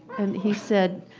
and he said,